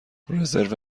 رزرو